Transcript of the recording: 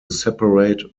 separate